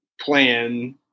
plan